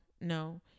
no